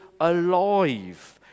alive